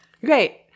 Great